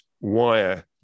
wire